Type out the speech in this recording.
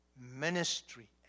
Ministry